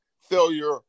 failure